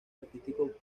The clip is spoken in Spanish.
artísticos